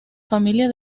familia